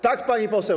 Tak, pani poseł.